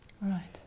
Right